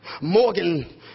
Morgan